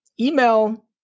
Email